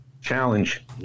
challenge